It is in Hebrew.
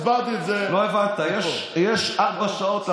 הסברתי את זה, לא הבנת, יש ארבע שעות לחוק.